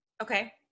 Okay